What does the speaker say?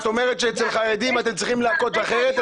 את אומרת שאצל חרדים אתם צריכים להכות אחרת,